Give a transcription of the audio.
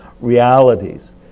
realities